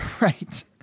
right